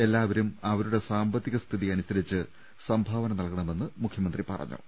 എല്ലാവരും അവരുടെ സാമ്പത്തിക സ്ഥിതി യനുസരിച്ച് സംഭാവന നൽകണമെന്നും മുഖ്യമന്ത്രി പറഞ്ഞു